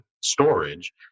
storage